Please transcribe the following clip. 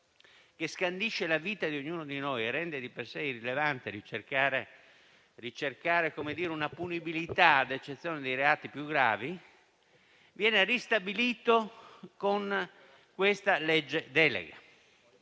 che scandisce la vita di ognuno di noi e rende di per sé irrilevante ricercare una punibilità, ad eccezione dei reati più gravi, viene ristabilito con questa legge delega.